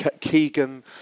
Keegan